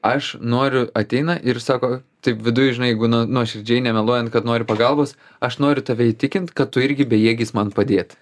aš noriu ateina ir sako taip viduj žinai jeigu nu nuoširdžiai nemeluojant kad nori pagalbos aš noriu tave įtikint kad tu irgi bejėgis man padėt